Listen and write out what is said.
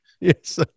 Yes